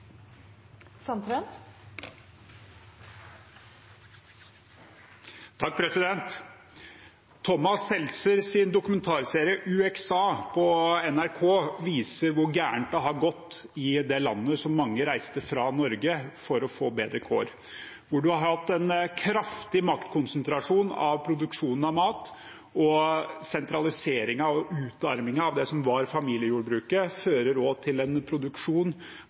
Sandtrøen – til oppfølgingsspørsmål. Thomas Seltzers dokumentarserie UXA på NRK viser hvor galt det har gått i det landet som mange fra Norge reiste til for å få bedre kår, hvor man har hatt en kraftig maktkonsentrasjon i produksjonen av mat, og hvor sentraliseringen og utarmingen av det som var familiejordbruket, fører til en produksjon